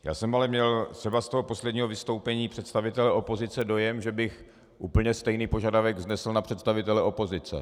Já jsem ale třeba měl z toho posledního vystoupení představitele opozice dojem, že bych úplně stejný požadavek vznesl na představitele opozice.